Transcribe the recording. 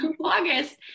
August